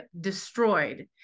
destroyed